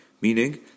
meaning